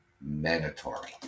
mandatory